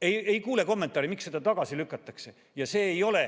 Ei kuule kommentaari, miks see ettepanek tagasi lükatakse. See ei ole